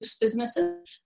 businesses